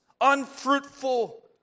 unfruitful